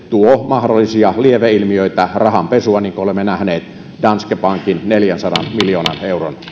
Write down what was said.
tuo mahdollisia lieveilmiöitä rahanpesua niin kuin olemme nähneet danske bankin neljänsadan miljoonan euron